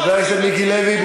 חבר הכנסת מיקי לוי,